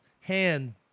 hand